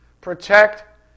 protect